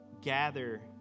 gather